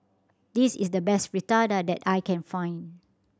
this is the best Fritada that I can find